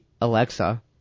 Alexa